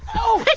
oh. but